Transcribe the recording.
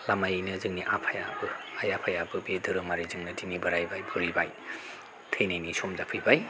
लामायैनो जोंनि आफायाबो आइ आफायाबो बे धोरोमारिजोंनो दिनै बोरायबाय बुरैबाय थैनायनि सम जाफैबाय